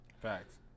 Facts